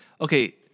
Okay